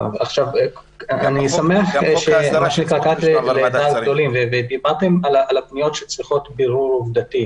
אני שמח שקלעתם לדעת גדולים ודיברתם על הפניות שצריכות בירור עובדתי.